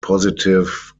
positive